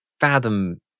fathom